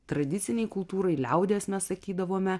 tradicinei kultūrai liaudies mes sakydavome